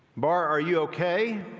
bar, are you okay,